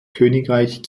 königreich